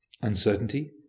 Uncertainty